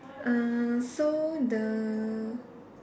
uh so the